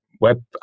web